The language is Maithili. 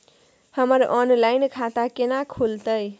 हमर ऑनलाइन खाता केना खुलते?